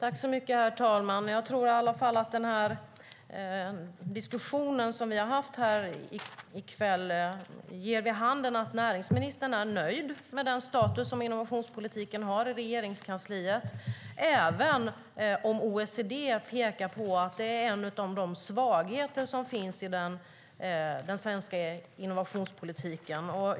Herr talman! Jag tror i alla fall att den diskussion som vi har haft här i kväll ger vid handen att näringsministern är nöjd med den status som innovationspolitiken har i Regeringskansliet även om OECD pekar på att det är en av de svagheter som finns i den svenska innovationspolitiken.